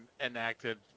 enacted